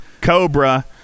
Cobra